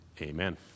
Amen